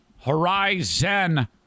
Horizon